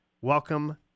welcome